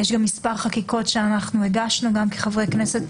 יש גם מספר חקיקות שהגשנו גם כחברי כנסת